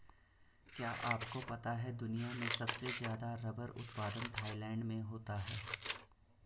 क्या आपको पता है दुनिया में सबसे ज़्यादा रबर उत्पादन थाईलैंड में होता है?